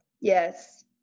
Yes